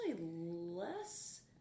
less